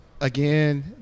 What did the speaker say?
Again